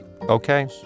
okay